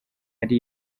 ari